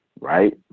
right